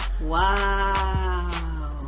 Wow